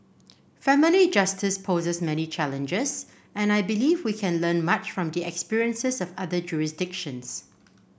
family justice poses many challenges and I believe we can learn much from the experiences of other jurisdictions